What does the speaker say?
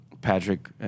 Patrick